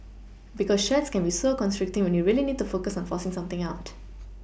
because shirts can be so constricting when you really need to focus on forcing something out